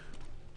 נכון.